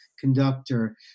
conductor